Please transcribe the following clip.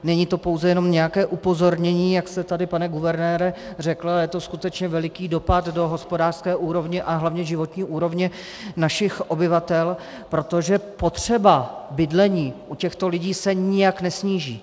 Není to pouze jenom nějaké upozornění, jak jste tady, pane guvernére, řekl, ale je to skutečně veliký dopad do hospodářské úrovně a hlavně životní úrovně našich obyvatel, protože potřeba bydlení u těchto lidí se nijak nesníží.